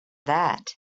that